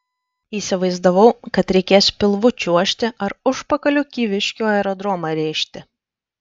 įsivaizdavau kad reikės pilvu čiuožti ar užpakaliu kyviškių aerodromą rėžti